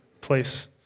place